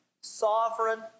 sovereign